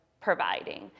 providing